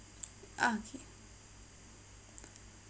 okay